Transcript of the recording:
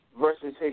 Versus